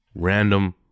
random